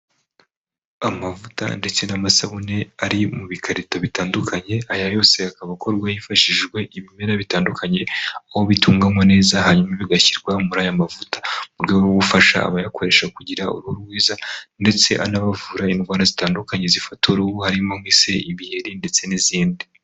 Amavuta ndetse n'amasabune , ari mu bikarito bitandukanye . Aya yose akaba akorwa hifashijwe ibimera bitandukanye . Aho bitunganywa neza hanyuma bigashyirwa muri aya mavuta . Mu rwego rwo gufasha abayakoresha kugira uruhu rwiza , ndetse anabavura indwara zitandukanye zifata uruhu . Harimo nk'ise , ibiheri ndetse n'izindi .